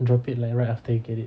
drop it like right after you get it